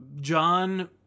John